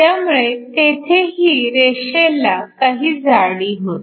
त्यामुळे तेथेही रेषेला काही जाडी होती